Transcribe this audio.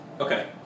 Okay